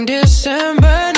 December